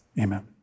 Amen